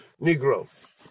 Negro